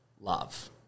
love